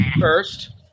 first